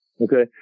Okay